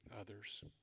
others